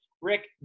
Rick